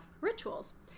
rituals